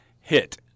hit